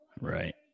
Right